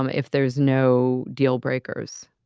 um if there's no deal breakers.